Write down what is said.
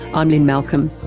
i'm lynne malcolm,